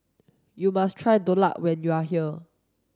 you must try Dhokla when you are here